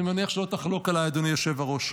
אני מניח שלא תחלוק עליי, אדוני היושב-ראש.